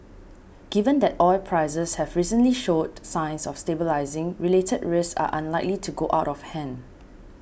given that oil prices have recently showed signs of stabilising related risks are unlikely to go out of hand